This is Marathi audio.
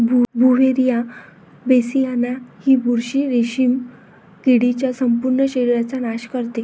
बुव्हेरिया बेसियाना ही बुरशी रेशीम किडीच्या संपूर्ण शरीराचा नाश करते